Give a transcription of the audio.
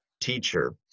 teacher